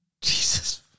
Jesus